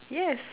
yes